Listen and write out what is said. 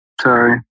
sorry